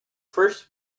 first